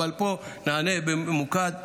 אבל פה נענה בממוקד.